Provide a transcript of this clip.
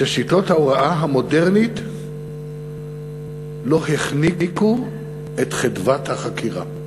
ששיטות ההוראה המודרנית לא החניקו את חדוות החקירה.